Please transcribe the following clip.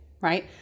right